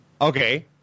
Okay